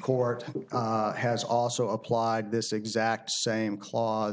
court has also applied this exact same clause